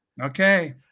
Okay